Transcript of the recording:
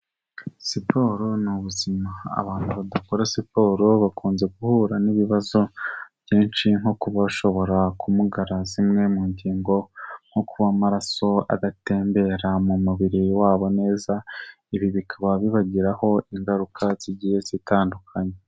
Siporo ni ubuzima, abantu badakora siporo bakunze guhura n'ibibazo byinshi nko kuba bashobora kumugara zimwe mu ngingo, nko kuba amaraso adatembera mu mubiri wabo neza. Ibi bikaba bibagiraho ingaruka z'igihe zitandukanye.